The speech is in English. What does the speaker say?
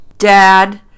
Dad